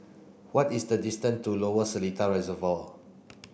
what is the distance to Lower Seletar Reservoir